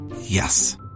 Yes